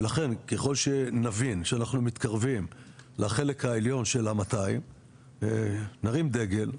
ולכן ככל שנבין שאנחנו מתקרבים לחלק העליון של ה-200 נרים דגל.